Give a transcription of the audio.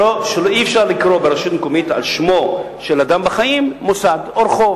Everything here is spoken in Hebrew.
שאי-אפשר לקרוא על שמו של אדם בעודו בחיים מוסד או רחוב